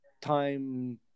time